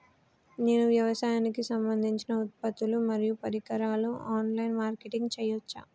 నేను వ్యవసాయానికి సంబంధించిన ఉత్పత్తులు మరియు పరికరాలు ఆన్ లైన్ మార్కెటింగ్ చేయచ్చా?